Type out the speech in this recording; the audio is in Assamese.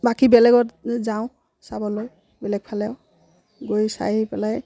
বাকী বেলেগত যাওঁ চাবলৈ বেলেগফালেও গৈ চাই পেলাই